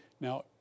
Now